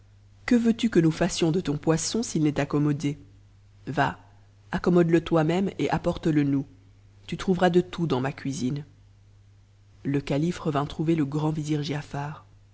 que eux que j g fassions de ton poisson s'ii n'est accommodé va ac m'node e toi-même et apporte le nous tn trouveras de tout dans ma stuc h l le calife revint trouver le grand vizir giafar